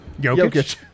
Jokic